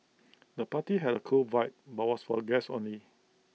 the party had A cool vibe but was for guests only